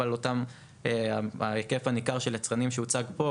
אבל על אותו ההיקף הניכר של יצרנים שהוצג פה,